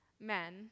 men